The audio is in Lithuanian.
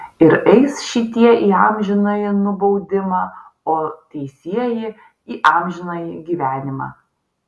ir eis šitie į amžinąjį nubaudimą o teisieji į amžinąjį gyvenimą